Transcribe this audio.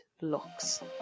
looks